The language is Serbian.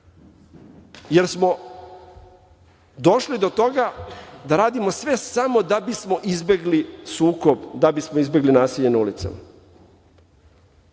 jer smo došli do toga da radimo samo da bismo izbegli sukob, da bismo izbegli nasilje na